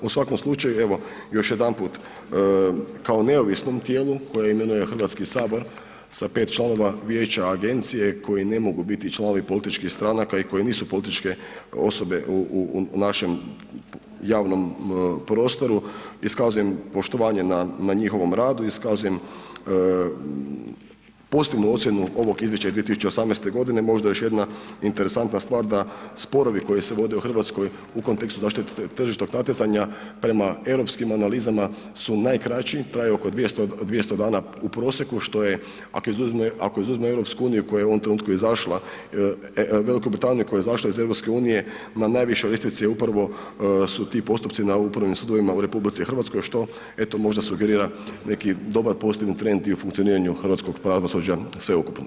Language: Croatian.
U svakom slučaju, evo još jedanput, kao neovisnom tijelu koje imenuje HS sa 5 članova vijeća agencije koji ne mogu biti članovi političkih stranaka i koji nisu političke osobe u, u, u našem javnom prostoru, iskazujem poštovanje na, na njihovom radu, iskazujem pozitivnu ocjenu ovog izvješća iz 2018.g. Možda još jedna interesantna stvar, da sporovi koji se vode u RH u kontekstu zaštite tržišnog natjecanja prema europskim analizama su najkraći, traju oko 200, 200 dana u prosjeku, što je, ako izuzme, ako izuzme EU koja je u ovom trenutku izašla, Veliku Britaniju koja je izašla iz EU na najvišoj ljestvici upravo su ti postupci na upravnim sudovima u RH što eto možda sugerira neki dobar postignut trend i u funkcioniranju hrvatskog pravosuđa sveukupno.